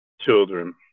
children